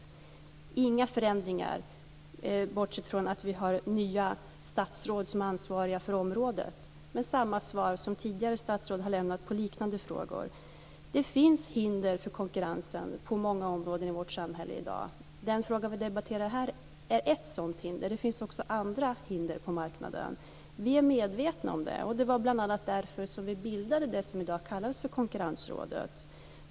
Det finns inga förändringar här, bortsett från att vi har nya statsråd som är ansvariga för området. Det är samma svar som tidigare statsråd har lämnat på liknande frågor. Det finns hinder för konkurrensen på många områden i vårt samhälle i dag. Den fråga vi debatterar här är ett sådant hinder. Det finns också andra hinder på marknaden. Vi är medvetna om det. Det var bl.a. därför som vi bildade det som i dag kallas för Konkurrensrådet.